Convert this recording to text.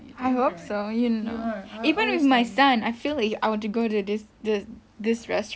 I hope so even with my son I feel like if I were to go to this this this restaurant